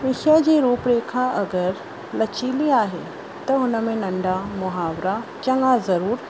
विषय जी रुपरेखा अगरि लचीली आहे त हुन में नन्ढा मुहावरा चङा ज़रूरु